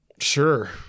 sure